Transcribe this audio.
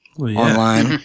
online